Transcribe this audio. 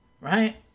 right